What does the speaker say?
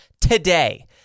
today